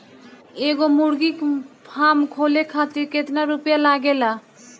एगो मुर्गी फाम खोले खातिर केतना रुपया लागेला?